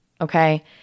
okay